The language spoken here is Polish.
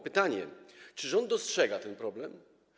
Pytania: Czy rząd dostrzega ten problem?